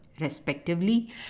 Respectively